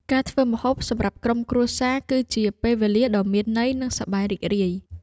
ការធ្វើម្ហូបសម្រាប់ក្រុមគ្រួសារ គឺជាពេលវេលាដ៏មានន័យ និងសប្បាយរីករាយ។